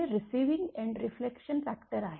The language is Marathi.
हे रीसीविंग एंड रेफ्लेक्शन फॅक्टर आहे